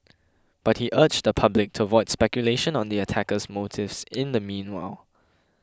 but he urged the public to avoid speculation on the attacker's motives in the meanwhile